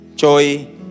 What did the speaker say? Joy